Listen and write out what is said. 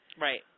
Right